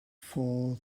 fall